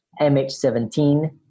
MH17